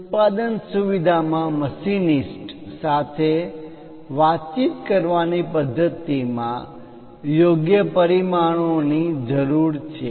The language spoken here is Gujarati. ઉત્પાદન સુવિધામાં મશિનિસ્ટ્સ મશિન ચલાવનાર machinists સાથે વાતચીત કરવાની પદ્ધતિમાં યોગ્ય પરિમાણોની આયામ ની જરૂર છે